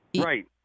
right